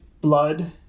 blood